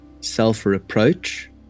self-reproach